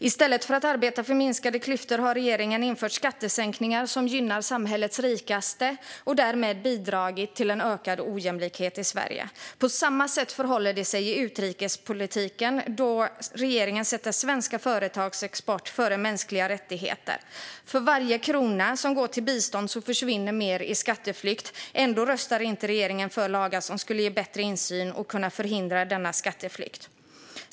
I stället för att arbeta för minskade klyftor har regeringen infört skattesänkningar som gynnar samhällets rikaste och därmed bidragit till en ökad ojämlikhet i Sverige. På samma sätt förhåller det sig i utrikespolitiken, då regeringen sätter svenska företags export före mänskliga rättigheter. För varje krona som går till bistånd försvinner mer i skatteflykt. Ändå röstar regeringen inte för lagar som skulle ge bättre insyn och kunna förhindra denna skatteflykt.